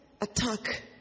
attack